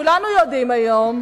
כולנו יודעים היום,